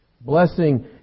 Blessing